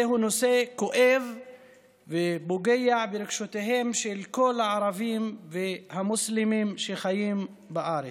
זה נושא כואב שפוגע ברגשותיהם של כל הערבים והמוסלמים שחיים בארץ.